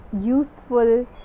useful